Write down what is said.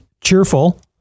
cheerful